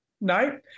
no